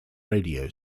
radio